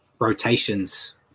rotations